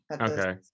okay